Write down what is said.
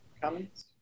comments